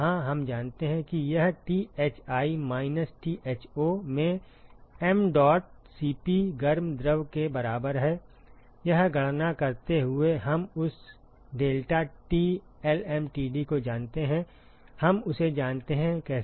हाँ हम जानते हैं कि यह thi माइनस tho में mdot Cp गर्म द्रव के बराबर है यह गणना करते हुए कि हम उस deltaT lmtd को जानते हैं हम उसे जानते हैं कैसे